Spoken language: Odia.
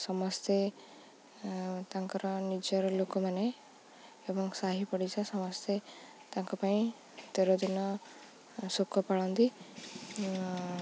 ସମସ୍ତେ ତାଙ୍କର ନିଜର ଲୋକମାନେ ଏବଂ ସାହି ପଡ଼ିଶା ସମସ୍ତେ ତାଙ୍କ ପାଇଁ ତେର ଦିନ ଶୋକ ପାଳନ୍ତି